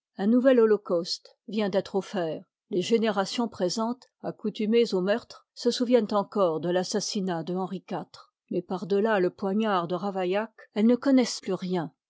un nouvel holocauste vient d'être offert les générations présentes accoutumées aux meurtres se souviennent encore de l'assassinat de henri iv mais par delà le poignard de ravaillac elles ne connoissent plus rien